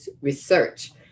research